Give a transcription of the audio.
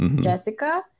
Jessica